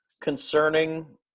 concerning